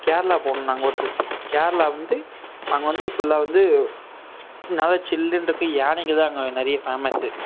கேரளா போனோம் நாங்கள் ஒரு ட்ரிப் கேரளா வந்து அங்கே வந்து ஃபுல்லாக வந்து நல்லா சில்லுனு இருக்குது யானைங்க தான் அங்கே நிறைய ஃபேமஸ்